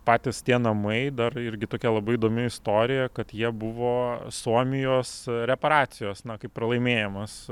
patys tie namai dar irgi tokia labai įdomi istorija kad jie buvo suomijos reparacijos na kaip pralaimėjimas